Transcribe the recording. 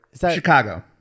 Chicago